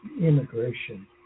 immigration